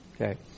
okay